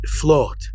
flawed